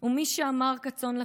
/ ומי שאמר 'כצאן לטבח'